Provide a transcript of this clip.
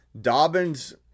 Dobbins